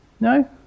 No